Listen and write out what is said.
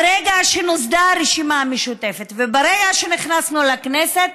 ברגע שנוסדה הרשימה המשותפת וברגע שנכנסנו לכנסת,